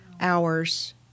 hours